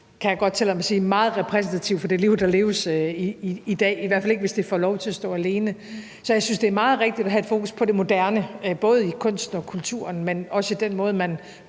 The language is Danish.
kan jeg godt tillade mig at sige, meget repræsentative for det liv, der leves i dag, i hvert fald ikke, hvis det får lov til at stå alene. Så jeg synes, det er meget rigtigt at have et fokus på det moderne, både i kunsten og kulturen, men også i den måde, man